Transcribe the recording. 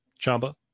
chamba